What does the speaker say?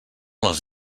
les